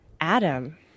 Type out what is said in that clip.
Adam